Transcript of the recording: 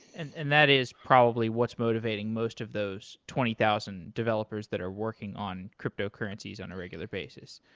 and and that is probably what's motivating most of those twenty thousand developers that are working on cryptocurrencies on a regular basis.